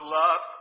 love